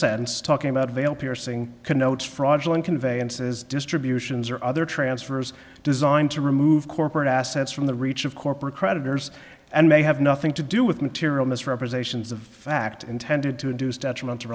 sentence talking about a veil piercing connotes fraudulent conveyances distributions or other transfers designed to remove corporate assets from the reach of corporate creditors and may have nothing to do with material misrepresentations of fact intended to induce detrimental